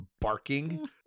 barking